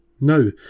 No